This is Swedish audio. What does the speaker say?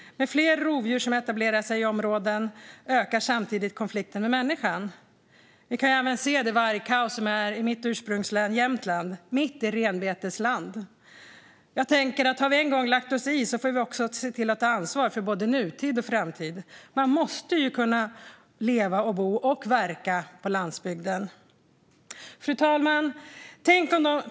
När fler rovdjur etablerar sig i områden ökar konflikten med människan. Vi kan se det vargkaos som är i mitt ursprungsland Jämtland, mitt i renbetesland. Jag tänker att om vi en gång har lagt oss i får vi också se till att ta ansvar för både nutid och framtid. Man måste ju kunna bo, leva och verka på landsbygden. Fru talman!